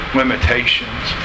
limitations